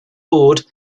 board